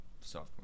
Sophomore